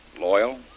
Loyal